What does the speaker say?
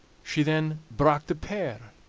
she then brak the pear,